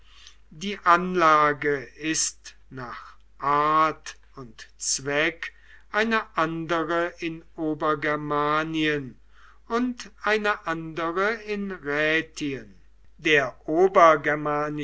die anlage ist nach art und zweck eine andere in obergermanien und eine andere in rätien der